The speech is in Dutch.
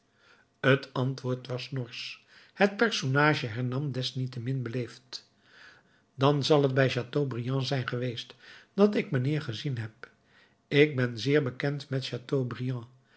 het antwoord was norsch het personage hernam desniettemin beleefd dan zal het bij chateaubriand zijn geweest dat ik mijnheer gezien heb ik ben zeer bekend met chateaubriand